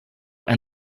and